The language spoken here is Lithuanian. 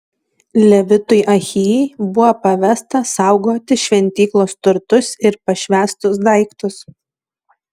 levitui ahijai buvo pavesta saugoti šventyklos turtus ir pašvęstus daiktus